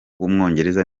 w’umwongereza